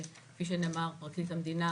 וכפי שנאמר, פרקליט המדינה